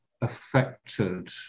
affected